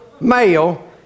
male